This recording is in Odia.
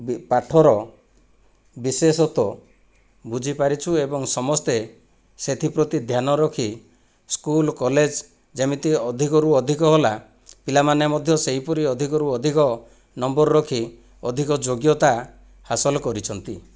ବି ପାଠର ବିଶେଷତ୍ୱ ବୁଝି ପାରିଛୁ ଏବଂ ସମସ୍ତେ ସେଥିପ୍ରତି ଧ୍ୟାନ ରଖି ସ୍କୁଲ କଲେଜ ଯେମିତି ଅଧିକରୁ ଅଧିକ ହେଲା ପିଲାମାନେ ମଧ୍ୟ ସେହିପରି ଅଧିକରୁ ଅଧିକ ନମ୍ବର ରଖି ଅଧିକ ଯୋଗ୍ୟତା ହାସଲ କରିଛନ୍ତି